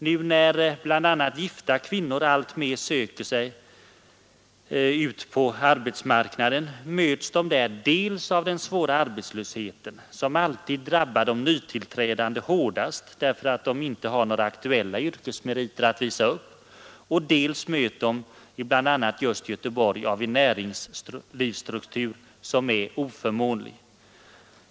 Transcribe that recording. Nu när bl.a. gifta kvinnor alltmer söker sig ut på arbetsmarknaden möts de dels av den svåra arbetslösheten — som alltid drabbar de nytillträdande hårdast, därför att de inte har några aktuella yrkesmeriter att visa upp — och dels möts de i bl.a. Göteborg av en näringsstruktur som är oförmånlig.